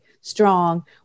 Strong